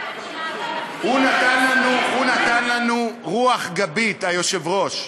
הוא נתן לנו רוח גבית, היושב-ראש.